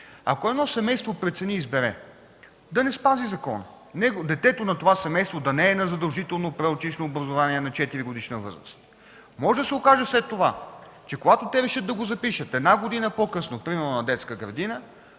Ако едно семейство прецени и избере да не спази закона, детето на това семейство да не е на задължително предучилищно образование на 4-годишна възраст, може да се окаже след това, че когато решат да го запишат – примерно една година по-късно на детска градина,